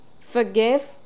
Forgive